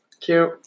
cute